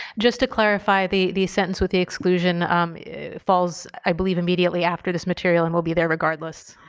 just to clarify the the sentence with the exclusion falls i believe immediately after this material and will be there regardless.